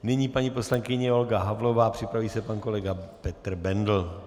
Nyní paní poslankyně Olga Havlová, připraví se pan kolega Petr Bendl.